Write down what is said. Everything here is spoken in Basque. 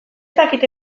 dakite